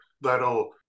that'll